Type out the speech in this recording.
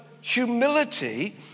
humility